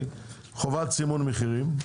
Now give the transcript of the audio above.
חובת סימון מחירים,